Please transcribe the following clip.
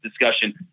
discussion